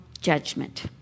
judgment